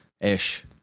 Ish